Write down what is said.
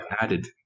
added